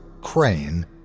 Crane